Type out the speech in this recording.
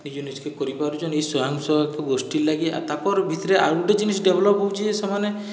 ନିଜୁ ନିଜକେ କରିପାରୁଛନ୍ ଇ ସ୍ଵୟଂସହାୟକ ଗୋଷ୍ଠୀ ଲାଗି ଆଉ ତାଙ୍କର ଭିତରେ ଆହୁରି ଗୋଟିଏ ଜିନିଷ ଡେଭଲପ୍ ହେଉଛି ଯେ ସେମାନେ